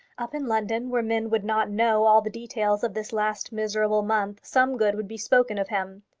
up in london, where men would not know all the details of this last miserable month, some good would be spoken of him.